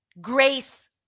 grace